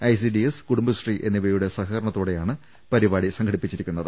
ICD S Kudumbashree എന്നിവയുടെ സഹകരണത്തോടെയാണ് പരി പാടി സംഘടിപ്പിച്ചിരിക്കുന്നത്